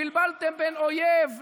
--- בלבלתם בין אויב לאוהב.